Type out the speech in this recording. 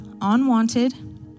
unwanted